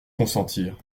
consentir